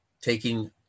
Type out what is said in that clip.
Taking